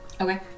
Okay